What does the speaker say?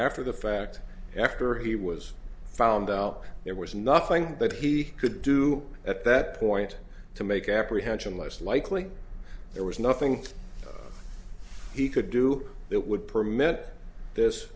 after the fact after he was found out there was nothing that he could do at that point to make apprehension less likely there was nothing he could do that would permit this